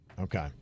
Okay